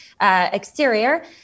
exterior